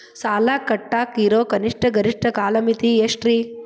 ಸಾಲ ಕಟ್ಟಾಕ ಇರೋ ಕನಿಷ್ಟ, ಗರಿಷ್ಠ ಕಾಲಮಿತಿ ಎಷ್ಟ್ರಿ?